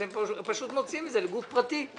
אתם פשוט מוציאים את זה לגוף פרטי.